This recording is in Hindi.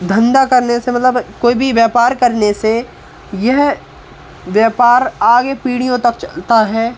धंधा करने से मतलब कोई भी व्यापार करने से यह व्यापार आगे पीढ़ियों तक चलता है